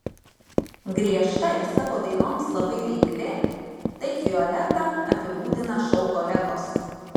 griežta ir savo dainoms labai reikli taip violetą apibūdina šou kolegos